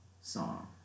song